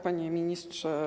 Panie Ministrze!